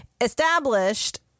established